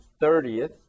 thirtieth